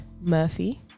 Murphy